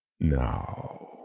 Now